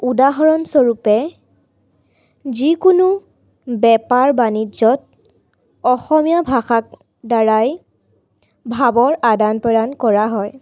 উদাহৰণস্বৰূপে যিকোনো বেপাৰ বাণিজ্যত অসমীয়া ভাষাৰ দ্বাৰাই ভাৱৰ আদান প্ৰদান কৰা হয়